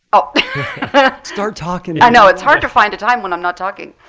ah start talking! i know, it's hard to find a time when i'm not talking.